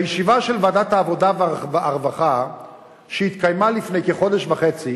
בישיבה של ועדת העבודה והרווחה שהתקיימה לפני כחודש וחצי,